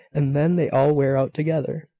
and then they all wear out together.